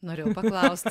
norėjau paklaust